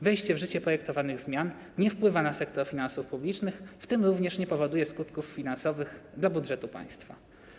Wejście w życie projektowanych zmian nie wpływa na sektor finansów publicznych, w tym również nie powoduje skutków finansowych do budżetu państwa.